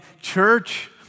church